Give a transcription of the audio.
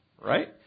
right